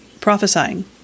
prophesying